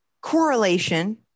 correlation